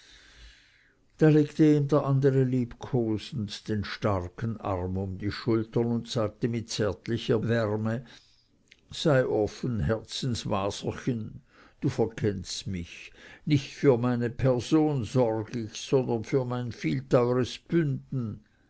da legte ihm der andere liebkosend den starken arm um die schultern und sagte mit zärtlicher wärme sei offen herzenswaserchen du verkennst mich nicht für meine person sorg ich sondern für mein vielteures bünden